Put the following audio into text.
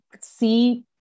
see